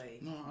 No